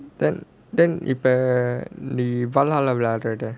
then then இப்போ நீ:ippo nee bala னால விளையாடுறது:naala vilaiyaadurathu